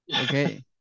Okay